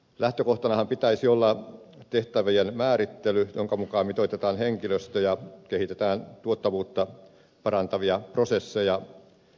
lähtökohtanahan pitäisi olla tehtävien määrittelyn jonka mukaan mitoitetaan henkilöstö ja kehitetään tuottavuutta parantavia prosesseja